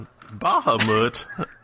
Bahamut